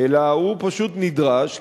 אלא הוא פשוט נדרש,